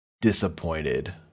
disappointed